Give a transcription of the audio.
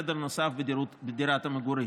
חדר נוסף בדירת המגורים,